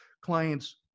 clients